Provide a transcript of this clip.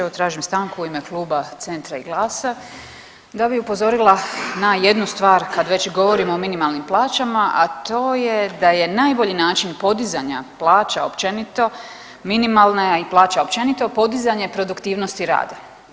Evo tražim stanku u ime Kluba Centra i GLAS-a, da bi upozorila na jednu stvar kad već govorimo o minimalnim plaćama, a to je da je najbolji način podizanja plaća općenito, minimalne a i plaća općenito, podizanje produktivnosti rada.